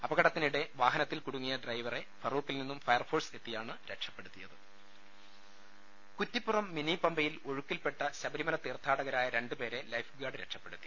അപകടത്തിനിടെ വാഹനത്തിൽ കുടുങ്ങിയ ഡ്രൈവറെ ഫറോക്കിൽ നീന്നും ഫയർഫോഴ്സ് എത്തിയാണ് രക്ഷപ്പെടുത്തിയത് കുറ്റിപ്പുറം മിനിപമ്പയിൽ ഒഴുക്കിൽപെട്ട ശബരിമല തീർത്ഥാടകരായ രണ്ട് പേരെ ലൈഫ് ഗാർഡ് രക്ഷപ്പെടുത്തി